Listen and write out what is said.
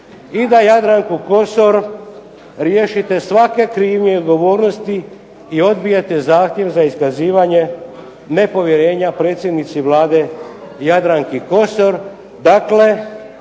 i da Jadranku Kosor riješite svake krivnje i odgovornosti i odbijete zahtjev za iskazivanje nepovjerenja predsjednici Vlade Jadranki Kosor.